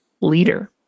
leader